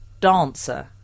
dancer